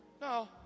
No